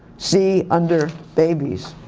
see under babies.